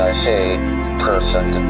ah say personed